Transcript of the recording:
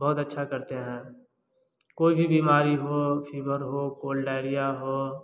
बहुत अच्छा करते हैं कोई भी बीमारी हो फीभर हो कोल्ड डायरिया हो